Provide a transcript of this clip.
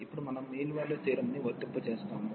ఇప్పుడు మనం mean value theorem ని వర్తింపజేస్తాము